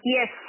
Yes